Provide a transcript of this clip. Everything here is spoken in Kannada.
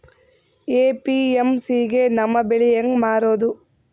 ಎ.ಪಿ.ಎಮ್.ಸಿ ಗೆ ನಮ್ಮ ಬೆಳಿ ಹೆಂಗ ಮಾರೊದ?